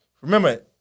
remember